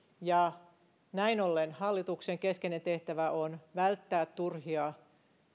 ja näin ollen hallituksen keskeinen tehtävä on välttää turhia